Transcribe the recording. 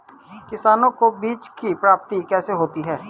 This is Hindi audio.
किसानों को बीज की प्राप्ति कैसे होती है?